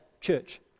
church